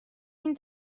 این